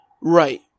Right